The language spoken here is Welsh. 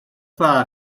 dda